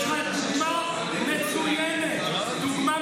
צביקה פוגל לא נמצאים.